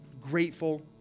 grateful